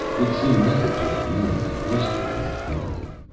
would seem never to have known the oyster in his prime?